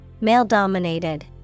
Male-dominated